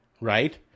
right